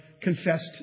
confessed